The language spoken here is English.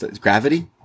gravity